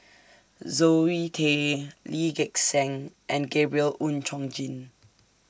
Zoe Tay Lee Gek Seng and Gabriel Oon Chong Jin